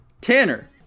Tanner